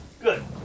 Good